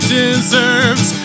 deserves